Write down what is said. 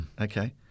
Okay